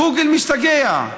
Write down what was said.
גוגל משתגע.